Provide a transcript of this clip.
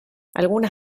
algunas